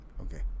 Okay